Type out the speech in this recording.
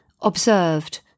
Observed